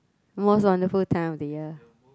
most wonderful time of the year